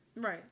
Right